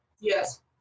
Yes